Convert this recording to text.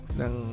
ng